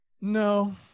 no